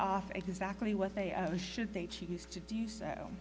off exactly what they owe should they choose to do so